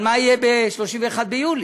אבל מה יהיה ב-31 ביולי?